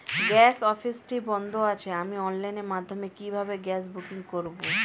Gas অফিসটি বন্ধ আছে আমি অনলাইনের মাধ্যমে কিভাবে গ্যাস বুকিং করব?